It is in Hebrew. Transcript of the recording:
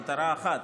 במטרה אחת,